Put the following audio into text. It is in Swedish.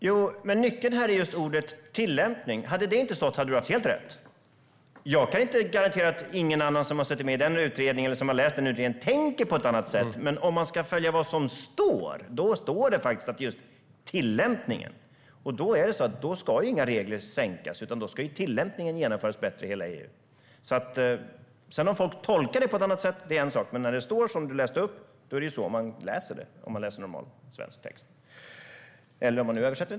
Herr talman! Nyckelordet här är just tillämpning. Hade det inte stått skulle du ha haft helt rätt. Jag kan inte garantera att ingen annan som har suttit med i utredningen eller som har läst utredningens slutbetänkande tänker på ett annat sätt, men om man ska följa vad som står handlar det just om tillämpningen. Då ska inga krav sänkas, utan då ska tillämpningen genomföras bättre i hela EU. Hur folk tolkar det är en sak, men när det står så som du läste upp det är det så man läser det.